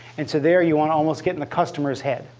and so there, you want to almost get in the customer's head,